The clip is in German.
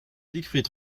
siegfried